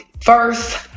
first